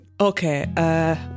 Okay